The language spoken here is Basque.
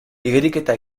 igeriketa